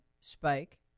spike